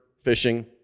fishing